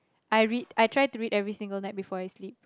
I read I try to read every single night before I sleep